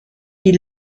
die